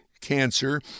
cancer